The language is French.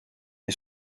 est